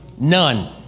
None